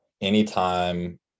anytime